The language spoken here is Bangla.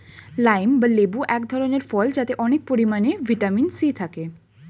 লাইম বা লেবু এক ধরনের ফল যাতে অনেক পরিমাণে ভিটামিন সি থাকে